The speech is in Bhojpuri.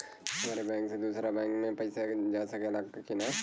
हमारे बैंक से दूसरा बैंक में पैसा जा सकेला की ना?